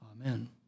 Amen